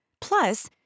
Plus